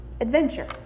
adventure